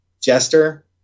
Jester